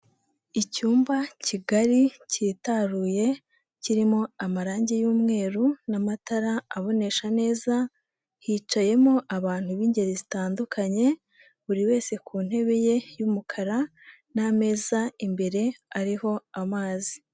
Icyumba kigari, cyitaruye, kirimo amarangi y'umweru n'amatara abonesha neza, hicayemo abantu b'ingeri zitandukanye, buri wese ku ntebe ye y'umukara n'ameza imbere ariho amazi.